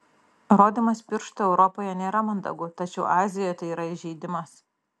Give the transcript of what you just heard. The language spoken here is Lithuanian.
rodymas pirštu europoje nėra mandagu tačiau azijoje tai yra įžeidimas